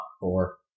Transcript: Four